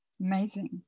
Amazing